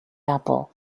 apple